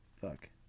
Fuck